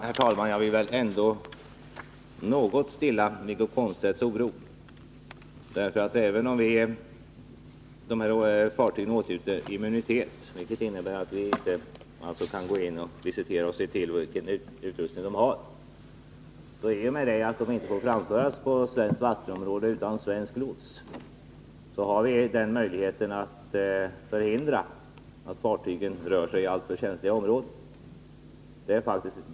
Herr talman! Jag vill då något försöka stilla Wiggo Komstedts oro. Även om fartygen åtnjuter immunitet — vilket innebär att vi inte kan kontrollera vilken utrustning de har — har vi möjlighet att förhindra att de rör sig i alltför känsliga områden, i och med att de inte får framföras på svenskt vattenområde utan svensk lots.